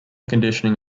conditioning